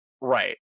Right